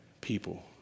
people